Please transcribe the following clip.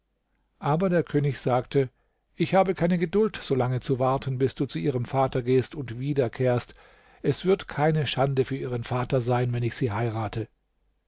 aber der könig sagte ich habe keine geduld solange zu warten bis du zu ihrem vater gehst und wiederkehrst es wird keine schande für ihren vater sein wenn ich sie heirate